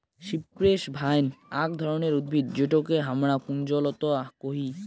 cypress vine আক ধরণের উদ্ভিদ যেটোকে হামরা কুঞ্জলতা কোহি